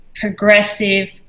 progressive